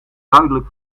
duidelijk